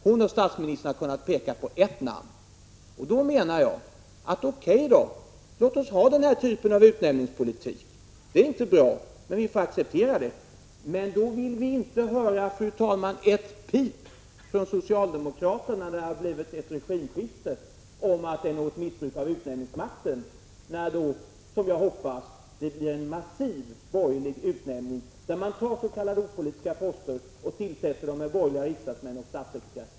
Hon och statsministern har kunnat peka på ett namn. Då vill jag säga följande: O.K., låt oss ha denna typ av utnämningspolitik. Den är inte bra, men vi får acceptera den. Men då vill vi inte höra, fru talman, ett pip från socialdemokraterna när det blir ett regimskifte om att det har förekommit något missbruk av utnämningsmakt när det, som jag hoppas, blir en massiv borgerlig utnämningsinsats på s.k. opolitiska poster, som tillsätts med borgerliga riksdagsmän och statssekreterare.